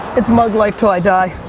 it's mug life til i die.